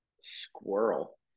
squirrel